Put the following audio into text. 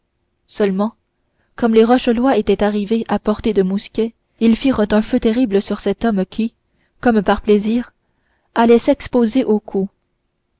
seulement comme les rochelois étaient arrivés à portée de mousquet ils firent un feu terrible sur cet homme qui comme par plaisir allait s'exposer aux coups